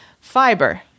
Fiber